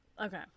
Okay